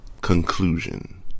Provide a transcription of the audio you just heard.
Conclusion